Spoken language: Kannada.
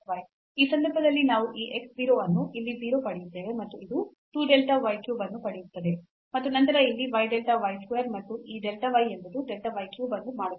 ಈ ಸಂದರ್ಭದಲ್ಲಿ ನಾವು ಈ x 0 ಅನ್ನು ಇಲ್ಲಿ 0 ಪಡೆಯುತ್ತೇವೆ ಮತ್ತು ಅದು 2 delta y cube ಅನ್ನು ಪಡೆಯುತ್ತದೆ ಮತ್ತು ನಂತರ ಇಲ್ಲಿ y delta y square ಮತ್ತು ಈ delta y ಎಂಬುದು delta y cube ಅನ್ನು ಮಾಡುತ್ತದೆ